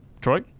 Troy